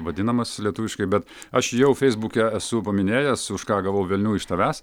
vadinamas lietuviškai bet aš jau feisbuke esu paminėjęs už ką gavau velnių iš tavęs